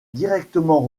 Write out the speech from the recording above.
directement